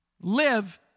Live